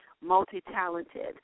multi-talented